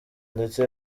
ndetse